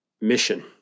mission